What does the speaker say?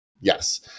Yes